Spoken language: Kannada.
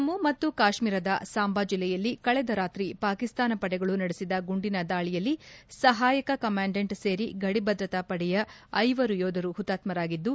ಜಮ್ನು ಮತ್ತು ಕಾಶ್ಮೀರದ ಸಾಂಬಾ ಜಿಲ್ಲೆಯಲ್ಲಿ ಕಳೆದ ರಾತ್ರಿ ಪಾಕಿಸ್ತಾನ ಪಡೆಗಳು ನಡೆಸಿದ ಗುಂಡಿನ ದಾಳಿಯಲ್ಲಿ ಸಹಾಯಕ ಕಮಾಂಡೆಂಟ್ ಸೇರಿ ಗಡಿ ಭದ್ರತಾ ಪಡೆಯ ಐವರು ಯೋಧರು ಹುತಾತ್ನರಾಗಿದ್ದು